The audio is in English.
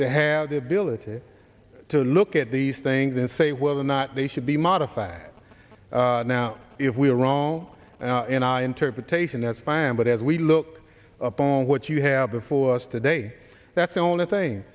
to have the ability to look at these things and say whether or not they should be modified now if we are wrong in our interpretation as spam but as we look upon what you have before us today that's the only thing